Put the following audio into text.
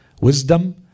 wisdom